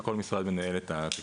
וכל משרד מנהל את התקציב שלו.